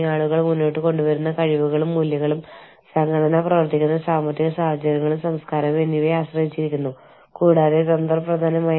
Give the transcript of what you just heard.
cross cultural ആശയവിനിമയം മര്യാദകൾ protocol ചർച്ചാ ശൈലികൾ ധാർമ്മികത എന്നിവയിൽ എല്ലാവരെയും പരിശീലിപ്പിക്കുക